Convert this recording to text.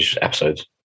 episodes